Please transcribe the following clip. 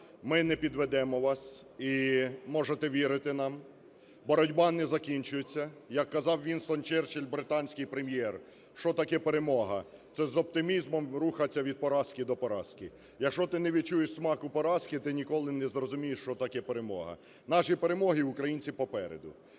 Ми не підведемо вас, і можете вірити нам. Боротьба не закінчується. Як казав Уїнстон Черчіль, британський прем'єр, що таке перемога: це з оптимізмом рухатися від поразки до поразки; якщо ти не відчуєш смаку поразки, ти ніколи не зрозумієш, що таке перемога. Наші перемоги, українці, попереду.